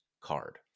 card